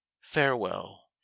Farewell